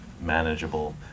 manageable